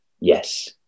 Yes